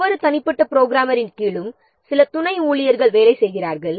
ஒவ்வொரு தனிப்பட்ட புரோகிராமரின் கீழும் சில துணை ஊழியர்கள் வேலை செய்கிறார்கள்